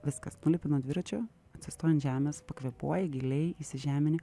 viskas nulipi nuo dviračio atsistoji ant žemės pakvėpuoji giliai įsižemini